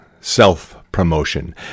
self-promotion